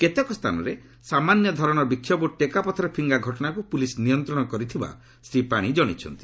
କେତେକ ସ୍ଥାନରେ ସାମାନ୍ୟ ଧରଣର ବିକ୍ଷୋଭ ଓ ଟେକାପଥର ଫିଙ୍ଗା ଘଟଣାକୁ ପୁଲିସ୍ ନିୟନ୍ତ୍ରଣ କରିଥିବା ଶ୍ରୀ ପାଣି ଜଣାଇଛନ୍ତି